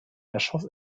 erschoss